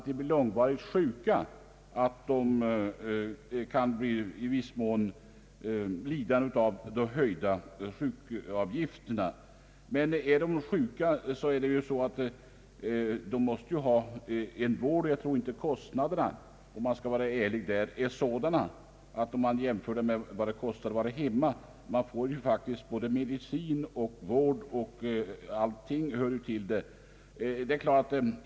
Men långvarigt sjuka människor kan i viss mån bli lidande på de höjda sjukavgifterna. Men är de sjuka så måste de ju ha vård, och om man skall vara ärlig så är inte kostnaderna så höga om man jämför med vad det kostar att vistas hemma: man får ju faktiskt både medicin, sjukvård och allt vad därtill hör.